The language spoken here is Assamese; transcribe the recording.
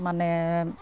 মানে